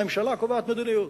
הממשלה קובעת מדיניות,